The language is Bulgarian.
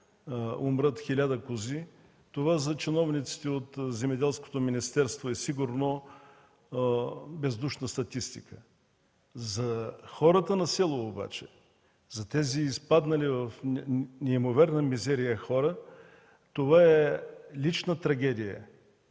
умрат 1000 кози това за чиновниците от Земеделското министерство е сигурно бездушна статистика. За хората на село обаче, за тези, изпаднали в неимоверна мизерия, това е лична трагедия.